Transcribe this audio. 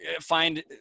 find